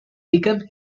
became